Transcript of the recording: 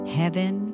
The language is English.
heaven